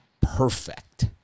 perfect